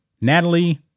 Natalie